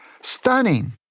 stunning